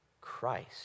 Christ